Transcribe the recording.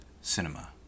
cinema